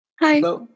Hi